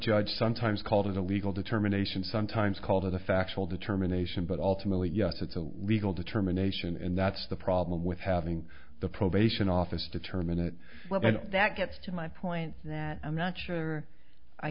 judge sometimes called it a legal determination sometimes called a factual determination but ultimately yes it's a legal determination and that's the problem with having the probation office determine it well but that gets to my point that i'm not sure i